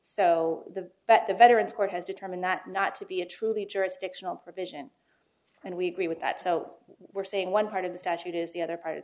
so the but the veterans court has determined that not to be a truly jurisdictional provision and we agree with that so we're saying one part of the statute is the other part of the